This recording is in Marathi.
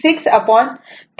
23 असे लिहितो